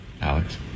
Alex